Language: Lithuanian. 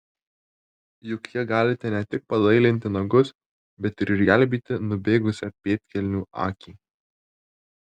juk ja galite ne tik padailinti nagus bet ir išgelbėti nubėgusią pėdkelnių akį